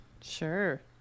Sure